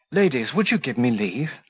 ladies, will you give me leave?